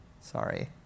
Sorry